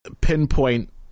pinpoint